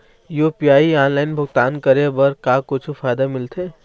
UPI online भुगतान करे बर का कुछू फायदा मिलथे?